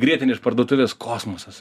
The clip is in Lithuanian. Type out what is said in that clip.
grietinė iš parduotuvės kosmosas